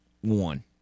one